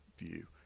view